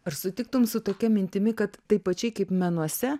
ar sutiktum su tokia mintimi kad taip pačiai kaip menuose